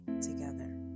together